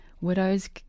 widows